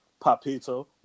Papito